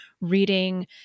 reading